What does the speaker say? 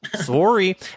Sorry